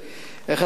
איך אתה אומר,